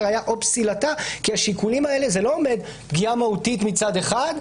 הוספת סעיף 12א. בפקודת הראיות , התשל"א-1971,